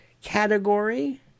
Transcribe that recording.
category